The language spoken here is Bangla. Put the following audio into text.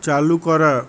চালু করা